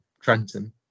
Trenton